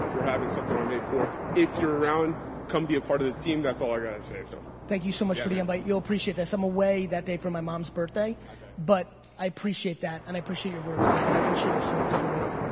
we're having something on may fourth, if you're around come be a part of the team, that's all i gotta say so. thank you so much for the invite, you'll appreciate that, so i'm away that day for my mom's birthday but i appreciate that and i appreciate your words bro and i appreciate your service for real.